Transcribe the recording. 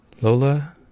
Lola